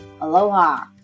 Aloha